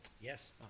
Yes